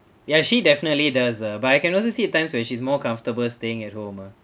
ya she definitely does ah but I can also see times when she's more comfortable staying at home ah